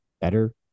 better